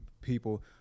people